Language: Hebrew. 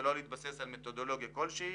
בלא להתבסס על מתודולוגיה כלשהי.